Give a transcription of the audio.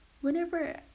whenever